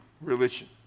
religion